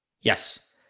Yes